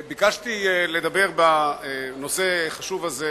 ביקשתי לדבר בנושא החשוב הזה